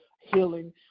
healing